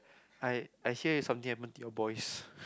I I hear if something happen to the boys